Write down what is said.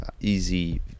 easy